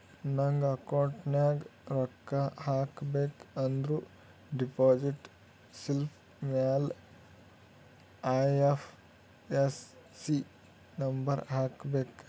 ನಂಗ್ ಅಕೌಂಟ್ಗ್ ರೊಕ್ಕಾ ಹಾಕಬೇಕ ಅಂದುರ್ ಡೆಪೋಸಿಟ್ ಸ್ಲಿಪ್ ಮ್ಯಾಲ ಐ.ಎಫ್.ಎಸ್.ಸಿ ನಂಬರ್ ಹಾಕಬೇಕ